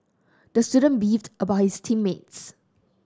the student beefed about his team mates